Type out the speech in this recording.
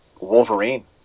Wolverine